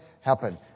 happen